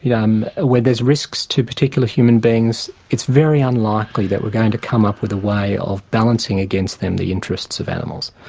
yeah um where there's risks to particular human beings. it's very unlikely that we're going to come up with a way of balancing against them the interests of animals.